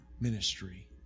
ministry